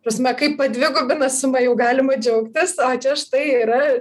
prasme kaip padvigubina sumą jau galima džiaugtis o čia štai yra